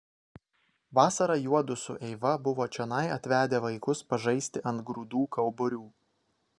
vasarą juodu su eiva buvo čionai atvedę vaikus pažaisti ant grūdų kauburių